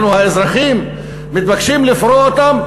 אנחנו האזרחים מתבקשים לפרוע אותו.